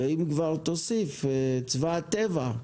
אם כבר תוסיף, צבא הטבע.